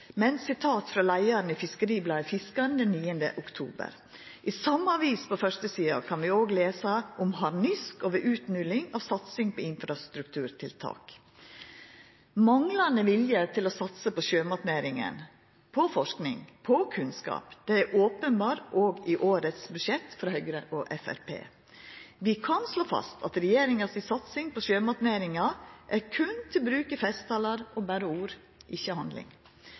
men sitat frå leiaren i FiskeribladetFiskaren den 9. oktober. I same avis, på førstesida, kan vi òg lesa om harnisk over utholing av satsing på infrastrukturtiltak. Manglande vilje til å satsa på sjømatnæringa, på forsking, på kunnskap – det er openbert òg i årets budsjett frå Høgre og Framstegspartiet. Vi kan slå fast at regjeringa si satsing på sjømatnæringa berre er til bruk i festtalar, og berre ord, ikkje handling.